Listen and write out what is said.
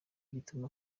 gitumo